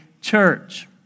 church